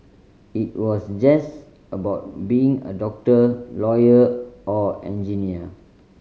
it was just about being a doctor lawyer or engineer